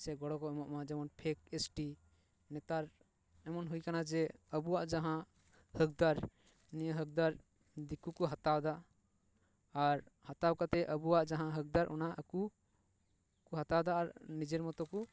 ᱥᱮ ᱜᱚᱲᱚ ᱠᱚ ᱮᱢᱚᱜ ᱢᱟ ᱡᱮᱢᱚᱱ ᱯᱷᱮᱠ ᱮᱥ ᱴᱤ ᱱᱮᱛᱟᱨ ᱮᱢᱚᱱ ᱦᱩᱭᱟᱠᱟᱱᱟ ᱡᱮ ᱟᱵᱚᱣᱟᱜ ᱡᱟᱦᱟᱸ ᱦᱚᱠ ᱫᱟᱨ ᱱᱤᱭᱟᱹ ᱦᱚᱠ ᱫᱟᱨ ᱫᱤᱠᱩ ᱠᱚ ᱦᱟᱛᱟᱣ ᱮᱫᱟ ᱟᱨ ᱦᱟᱛᱟᱣ ᱠᱟᱛᱮ ᱟᱵᱚᱭᱟᱜ ᱡᱟᱦᱟᱸ ᱦᱚᱠ ᱫᱟᱨ ᱚᱱᱟ ᱟᱠᱚ ᱠᱚ ᱦᱟᱛᱟᱣ ᱮᱫᱟ ᱟᱨ ᱱᱤᱡᱮᱨ ᱢᱚᱛᱚ ᱠᱚ